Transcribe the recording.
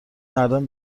مردم